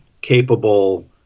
capable